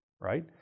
right